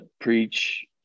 preach